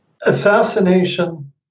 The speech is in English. assassination